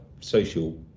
social